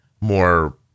more